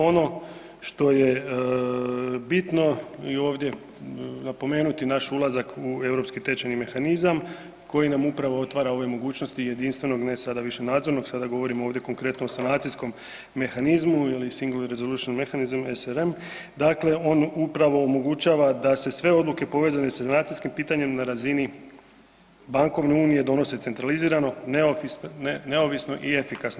Ono što je bitno i ovdje napomenuti naš ulazak u europski tečajni mehanizam koji nam upravo otvara ove mogućnosti jedinstvenog ne sada više nadzornog, sada govorimo ovdje konkretno o sanacijskom mehanizmu ili Single resolution mechanism SRM, dakle on upravo omogućava da se sve odluke povezane s sanacijskim pitanjem na razini bankovne unije donose centralizirano, neovisno i efikasno.